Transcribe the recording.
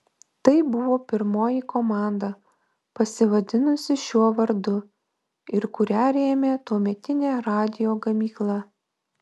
tai buvo pirmoji komanda pasivadinusi šiuo vardu ir kurią rėmė tuometinė radijo gamykla